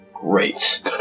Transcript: great